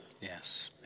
Yes